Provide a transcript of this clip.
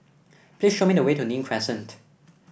please show me the way to Nim Crescent